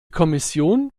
kommission